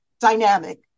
dynamic